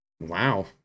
wow